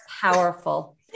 powerful